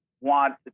want